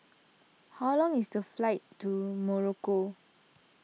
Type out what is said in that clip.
how long is the flight to Morocco